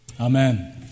Amen